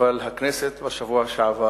אבל בשבוע שעבר